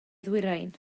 ddwyrain